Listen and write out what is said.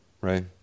right